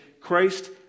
Christ